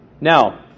Now